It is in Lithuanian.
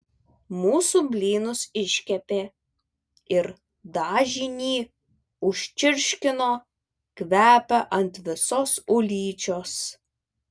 mūsų blynus iškepė ir dažinį užčirškino kvepia ant visos ulyčios